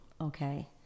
Okay